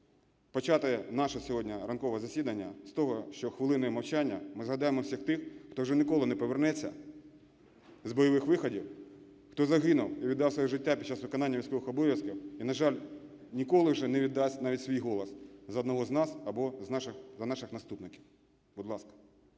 почати наше сьогодні ранкове засідання з того, що хвилиною мовчання ми згадаємо всіх тих, хто вже ніколи не повернеться з бойових виходів, хто загинув і віддав своє життя під час виконання військових обов'язків і, на жаль, ніколи вже не віддасть навіть свій голос за одного з нас або за наших наступників. Будь ласка.